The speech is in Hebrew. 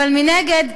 אבל מנגד,